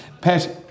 Pat